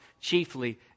chiefly